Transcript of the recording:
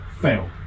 fail